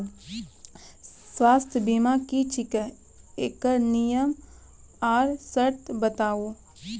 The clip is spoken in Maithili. स्वास्थ्य बीमा की छियै? एकरऽ नियम आर सर्त बताऊ?